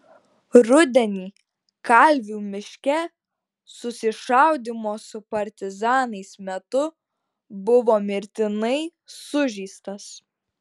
rudenį kalvių miške susišaudymo su partizanais metu buvo mirtinai sužeistas